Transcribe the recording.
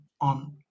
on